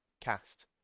cast